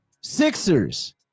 Sixers